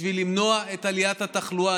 בשביל למנוע את עליית התחלואה.